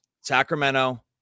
Sacramento